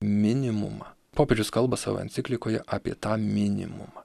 minimumą popiežius kalba savo enciklikoje apie tą minimumą